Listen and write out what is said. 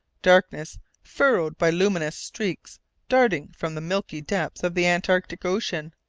darkness furrowed by luminous streaks darting from the milky depths of the antarctic ocean,